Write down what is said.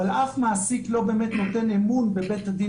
אבל אף מעסיק לא באמת נותן באמת נותן אמון בבית הדין